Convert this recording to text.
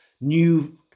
new